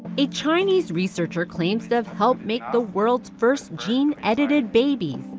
a chinese researcher claims to have helped make the world's first gene-edited babies.